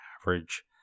average